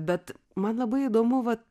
bet man labai įdomu vat